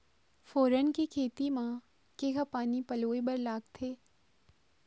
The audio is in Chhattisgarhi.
फोरन के खेती म केघा पानी पलोए बर लागथे?